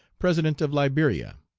president of liberia.